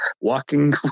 Walking